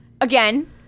again